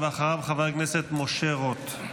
אחריו, חבר הכנסת משה רוט.